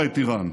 אדוני היושב-ראש,